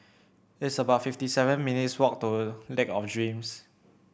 it's about fifty seven minutes' walk to Lake of Dreams